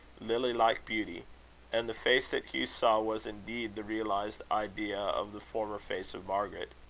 lily-like beauty and the face that hugh saw was indeed the realised idea of the former face of margaret.